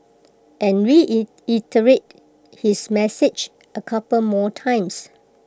and reiterated his message A couple more times